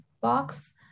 box